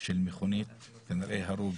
של מכונית, כנראה הרוג